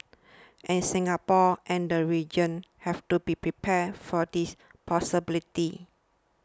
and Singapore and the region have to be prepared for this possibility